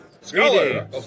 scholar